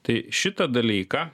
tai šitą dalyką